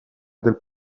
del